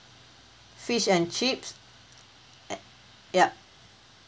fish and chips uh ya